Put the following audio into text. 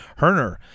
Herner